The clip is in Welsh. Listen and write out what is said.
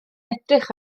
edrych